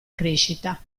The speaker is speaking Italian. crescita